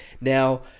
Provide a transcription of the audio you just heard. Now